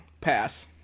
Pass